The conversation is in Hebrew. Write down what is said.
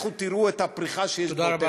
לכו תראו את הפריחה שיש בעוטף-עזה.